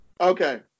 Okay